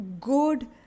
good